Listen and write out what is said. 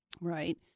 right